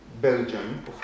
Belgium